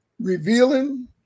revealing